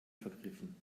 vergriffen